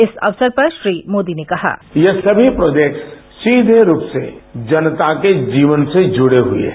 इस अवसर पर श्री मोदी ने कहा ये सभी प्रोजेक्ट्स सीधे रूप से जनता के जीवन से जुड़े हुए हैं